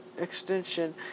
extension